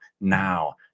now